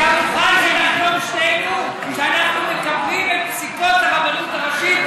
אתה מוכן שנחתום שנינו שאנחנו מקבלים את פסיקות הרבנות הראשית?